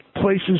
places